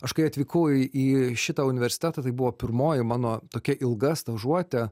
aš kai atvykau į šitą universitetą tai buvo pirmoji mano tokia ilga stažuotė